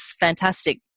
fantastic